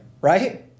right